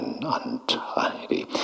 untidy